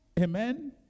amen